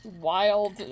wild